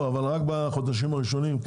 אבל רק בחודשים הראשונים,